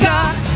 God